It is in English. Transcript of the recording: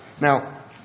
Now